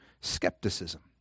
skepticism